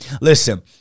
listen